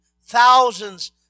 thousands